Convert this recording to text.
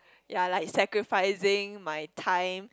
ya like sacrificing my time